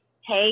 Hey